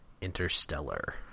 Interstellar